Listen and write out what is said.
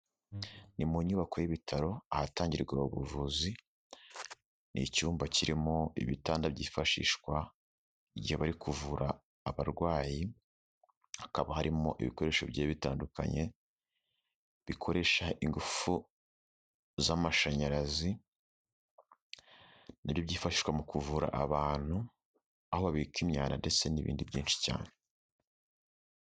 Ni mu nyubako y'ibitaro ahatangirwa ubuvuzi, ni icyumba kirimo ibitanda byifashishwa igihe bari kuvura abarwayi hakaba harimo ibikoresho bigiye bitandukanye, bikoresha ingufu z'amashanyarazi, hari n'ibyifashishwa mu kuvura abantu, aho babika imyanda ndetse n'ibindi byinshi cyane.